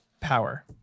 power